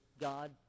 God